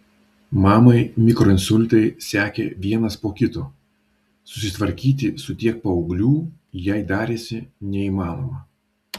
mamai mikroinsultai sekė vienas po kito susitvarkyti su tiek paauglių jai darėsi neįmanoma